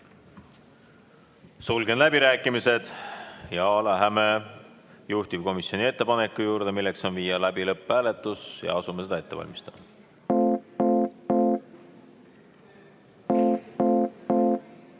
Sulgen läbirääkimised ja läheme juhtivkomisjoni ettepaneku juurde viia läbi lõpphääletus. Asume seda ette valmistama.